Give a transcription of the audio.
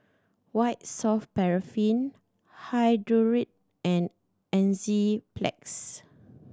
White Soft Paraffin hi and Enzyplex